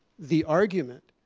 the argument.